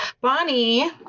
Bonnie